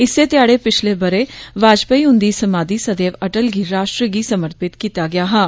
इस ध्याड़े पिछले ब'रे बाजपाई हुन्दी समाधी सदेव अटल गी राष्ट्र गी समर्पित कीता गेआ हा